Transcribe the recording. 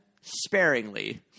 sparingly